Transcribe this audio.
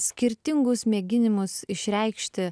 skirtingus mėginimus išreikšti